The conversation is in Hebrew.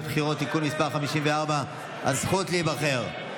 (בחירות) (תיקון מס' 54) (הזכות להיבחר),